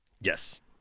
Yes